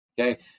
Okay